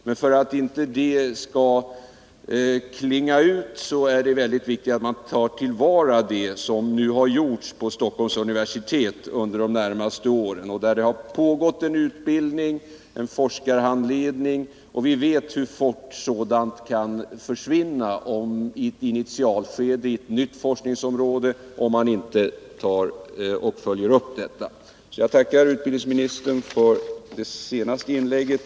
Men för att inte detta skall så att säga klinga ut är det väldigt viktigt att man tar till vara det som nu gjorts vid Stockholms universitet under de senaste åren. Det har pågått en utbildning, en forskarhandledning, och vi vet hur fort sådant kan försvinna i initialskedet till en ny forskning, om man inte följer upp det. Jag tackar således utbildningsministern för det senaste inlägget.